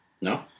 No